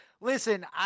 Listen